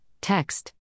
text